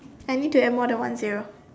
I need to add more than one zero